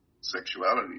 sexuality